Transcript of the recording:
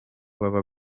baba